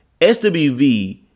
SWV